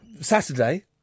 Saturday